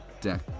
deck